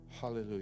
Hallelujah